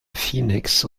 phoenix